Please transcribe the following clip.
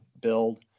build